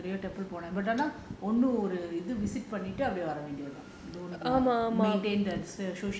நான் ரெண்டு தடவையோ மூணு தடவையோ போனேன் ஒன்னு:naan rendu thadavaiyo moonu thadavaiyo ponaen onnu visit பண்ணிட்டு வர வேண்டியதுதான்:pannittu vara vendiyathuthaan